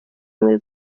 imwe